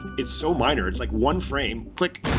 it's so minor. it's like one frame. click.